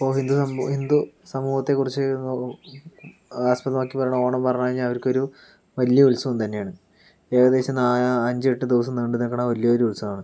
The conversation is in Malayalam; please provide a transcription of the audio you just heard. ഇപ്പോൾ ഹിന്ദു ഹിന്ദു സമൂഹത്തെക്കുറിച്ച് ആസ്പദമാക്കി പറയണ ഓണം എന്ന് പറഞ്ഞു കഴിഞ്ഞാൽ അവർക്ക് ഒരു വലിയ ഉത്സവം തന്നെയാണ് ഏകദേശം നാ അഞ്ചെട്ട് ദിവസം നീണ്ട് നിൽക്കണ വലിയ ഒരു ഉത്സവമാണ്